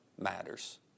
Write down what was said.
matters